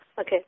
Okay